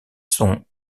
sont